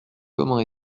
comment